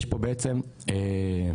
יש פה בעצם נשיכה,